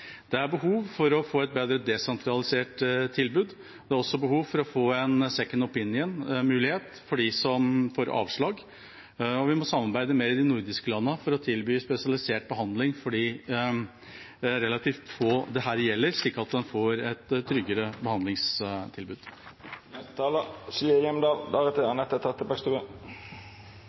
Det er behov for å få et bedre desentralisert tilbud. Det er også behov for å få en «second opinion»-mulighet for dem som får avslag, og vi må samarbeide med de nordiske landene for å tilby spesialisert behandling for de relativt få dette gjelder, slik at de får et tryggere